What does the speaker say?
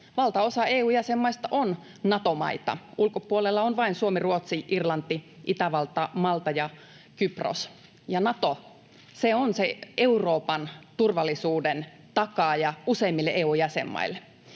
valtaosa EU:n jäsenmaista on Nato-maita. Ulkopuolella ovat vain Suomi, Ruotsi, Irlanti, Itävalta, Malta ja Kypros. Ja Nato, se on se Euroopan turvallisuuden takaaja useimmille EU-jäsenmaille.